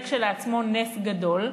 שזה כשלעצמו נס גדול,